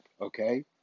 okay